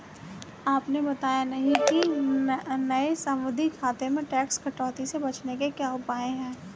आपने बताया नहीं कि नये सावधि जमा खाते में टैक्स कटौती से बचने के क्या उपाय है?